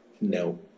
no